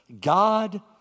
God